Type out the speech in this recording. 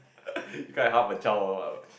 can't have half a child also whats